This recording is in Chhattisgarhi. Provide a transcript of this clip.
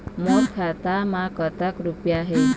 मोर खाता मैं कतक रुपया हे?